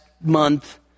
month